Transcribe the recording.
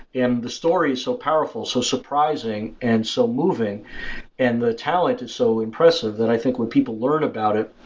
and the story so powerful, so surprising and so moving and the talent is so impressive that i think when people learn about it,